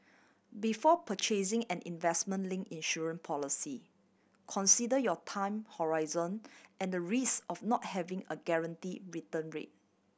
before purchasing an investment link insurance policy consider your time horizon and the risk of not having a guarantee return rate